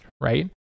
right